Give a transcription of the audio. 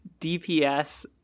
DPS